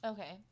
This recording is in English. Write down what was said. Okay